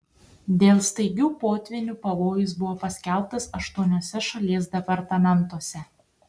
dėl staigių potvynių pavojus buvo paskelbtas aštuoniuose šalies departamentuose